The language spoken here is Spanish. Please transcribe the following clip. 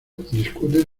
discuten